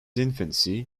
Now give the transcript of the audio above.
infancy